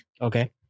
Okay